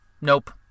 nope